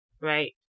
right